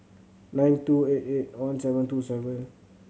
nine two eight eight one seven two seven